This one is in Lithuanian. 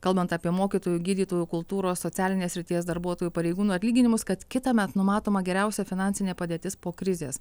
kalbant apie mokytojų gydytojų kultūros socialinės srities darbuotojų pareigūnų atlyginimus kad kitąmet numatoma geriausia finansinė padėtis po krizės